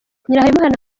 nyirahabimana